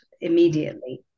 immediately